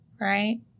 right